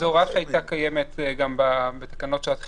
זו הוראה שהייתה קיימת גם בתקנות שעת חירום.